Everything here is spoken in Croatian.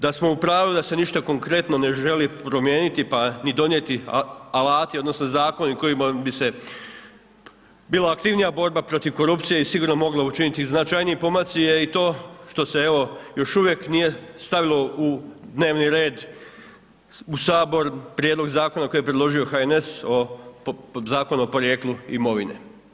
Da smo u pravu da se ništa konkretno ne želi promijeniti pa ni donijeti alati, odnosno zakoni kojima bi se bila aktivnija borba protiv korupcije i sigurno mogla učiniti značajniji pomaci jer i to što se evo još uvijek nije stavilo u dnevni red u Sabor prijedlog zakona koji je predložio HNS o Zakonu o porijeklu imovine.